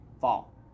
fall